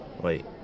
wait